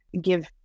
give